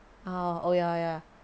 uh oh ya ya